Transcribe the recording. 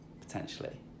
potentially